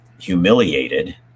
humiliated